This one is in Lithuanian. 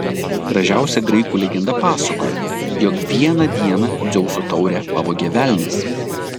gražiausia graikų legenda pasakoja jog vieną dieną dzeuso taurę pavogė velnias